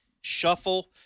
shuffle –